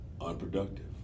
unproductive